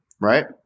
right